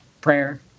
prayer